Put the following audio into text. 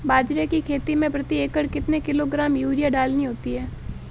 बाजरे की खेती में प्रति एकड़ कितने किलोग्राम यूरिया डालनी होती है?